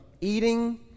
eating